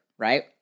right